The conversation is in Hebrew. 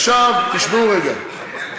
עכשיו תשמעו רגע.